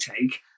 take